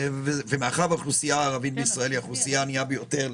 מאחר והאוכלוסייה הערבית בישראל היא האוכלוסייה הענייה ביותר,